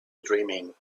dreaming